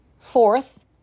Fourth